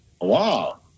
Wow